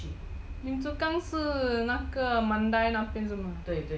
lim chu kang 是那个 mandai 那边是吗